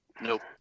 Nope